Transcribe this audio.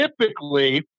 Typically